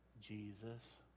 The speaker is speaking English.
Jesus